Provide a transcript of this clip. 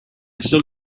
still